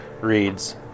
reads